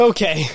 Okay